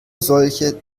solche